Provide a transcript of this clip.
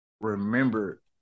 remember